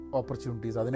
opportunities